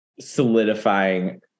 solidifying